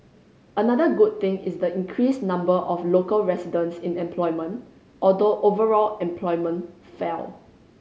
another good thing is the increased number of local residents in employment although overall employment fell